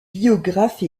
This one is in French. biographe